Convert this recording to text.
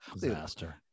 disaster